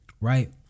right